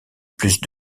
plus